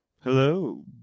Hello